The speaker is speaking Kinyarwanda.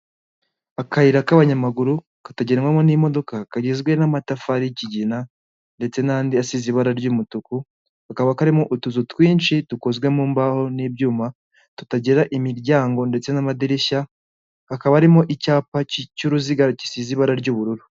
Akayira k'abanyamaguru katagendarwamo n'imodoka kagizwe n'amatafari y'ikigina ndetse n'andi asize ibara ry'umutuku hakaba karimo utuzu twinshi dukozwe mu mbaho n'ibyuma tutagira imiryango ndetse n'amadirishya, hakaba harimo icyapa cy'uruziga gisize ibara ry'ubururu.